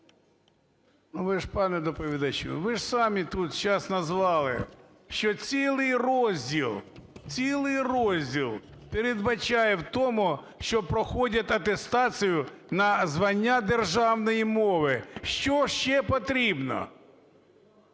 Ну, ви ж, пане доповідачу, ви ж самі тут сейчас назвали, що цілий розділ – цілий розділ! – передбачає в тому, що проходять атестацію на знання державної мови. Що ще потрібно?